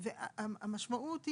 והמשמעות היא,